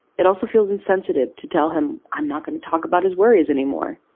it also feels insensitive to tell him i'm not going to talk about his worries anymore,